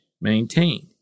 maintained